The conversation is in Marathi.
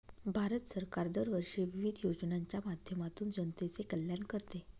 भारत सरकार दरवर्षी विविध योजनांच्या माध्यमातून जनतेचे कल्याण करते